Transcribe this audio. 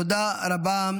תודה רבה.